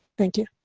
thank you.